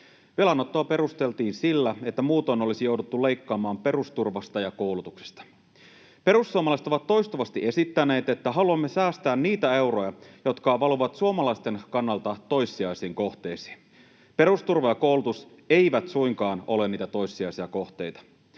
Velanottoa perusteltiin sillä, että muutoin olisi jouduttu leikkaamaan perusturvasta ja koulutuksesta. Perussuomalaiset ovat toistuvasti esittäneet, että haluamme säästää niitä euroja, jotka valuvat suomalaisten kannalta toissijaisiin kohteisiin. Perusturva ja koulutus eivät suinkaan ole niitä toissijaisia kohteita.